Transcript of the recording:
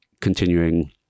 continuing